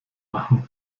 machen